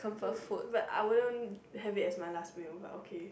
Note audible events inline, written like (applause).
(noise) but I wouldn't have it as my last meal but okay